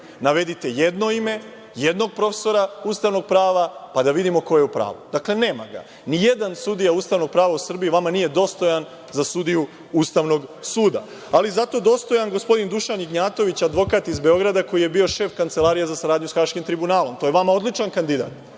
Navedite jedno ime jednog profesora ustavnog prava, pa da vidimo ko je u pravu. Dakle, nema ga. Ni jedan sudija ustavnog prava u Srbiji vama nije dostojan za sudiju Ustavnog suda, ali je zato dostojan gospodin Dušan Ignjatović, advokat iz Beograd, koji je bio šef Kancelarije za saradnju sa Haškim tribunalom. To je vama odličan kandidat,